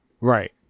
Right